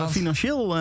financieel